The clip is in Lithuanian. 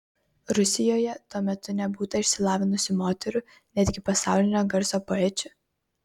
rusijoje tuo metu nebūta išsilavinusių moterų netgi pasaulinio garso poečių